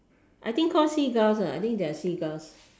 I think call seagulls ah I think they're seagulls